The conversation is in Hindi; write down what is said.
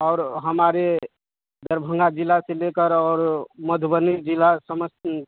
और हमारे दरभंगा जिला से लेकर और मधुबनी जिला समस्ती